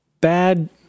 Bad